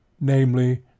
namely